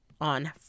on